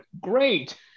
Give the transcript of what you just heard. great